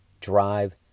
drive